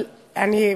יחד,